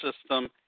system